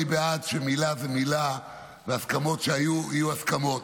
אני בעד שמילה זה מילה ושהסכמות שהיו יהיו הסכמות.